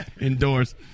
indoors